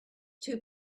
too